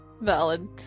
Valid